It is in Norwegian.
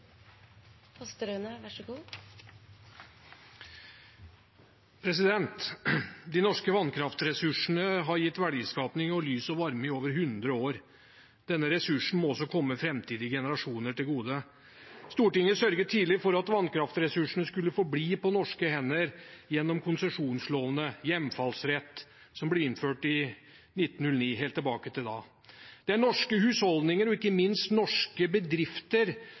De norske vannkraftressursene har gitt verdiskaping og lys og varme i over 100 år. Denne ressursen må også komme framtidige generasjoner til gode. Stortinget sørget tidlig for at vannkraftressursene skulle forbli på norske hender, gjennom konsesjonslovene, hjemfallsretten, som ble innført helt tilbake til 1909. Det er norske husholdninger og ikke minst norske bedrifter